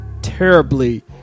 Terribly